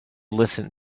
listen